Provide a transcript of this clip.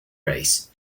race